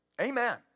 Amen